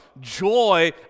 joy